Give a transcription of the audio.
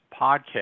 podcast